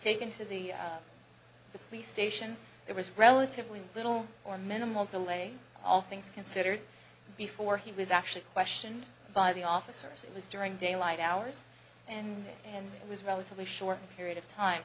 taken to the the police station there was relatively little or minimal delay all things considered before he was actually question by the officers it was during daylight hours and and it was relatively short period of time